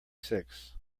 six